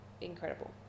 Incredible